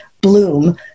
bloom